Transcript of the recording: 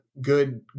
good